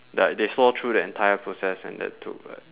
ya they saw through the entire process and that took like